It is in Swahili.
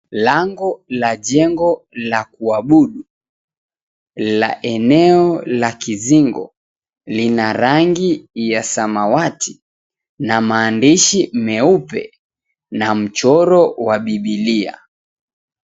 Lango la jengo la kuabudu, la eneo la kizingo, lina rangi ya samawati, na maandishi meupe, na mchoro wa bibilia.